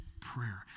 prayer